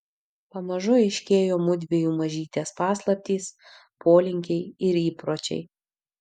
pamažu aiškėjo mudviejų mažytės paslaptys polinkiai ir įpročiai